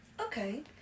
Okay